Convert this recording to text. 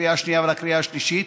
לקריאה השנייה ולקריאה השלישית.